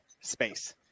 space